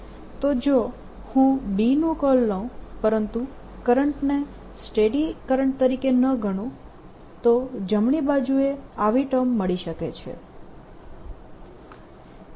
તો જો હું B નું કર્લ લઉં પરંતુ કરંટને સ્ટેડી તરીકે ન ગણું તો જમણી બાજુએ આવી ટર્મ મળી શકે છે